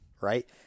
right